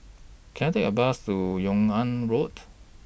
Can I Take A Bus to Yung An Road